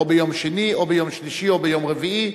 או ביום שני או ביום שלישי או ביום רביעי,